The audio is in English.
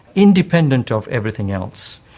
independent of everything else.